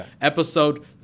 Episode